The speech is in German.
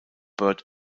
bird